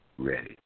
ready